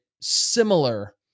similar